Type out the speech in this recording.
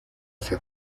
hacia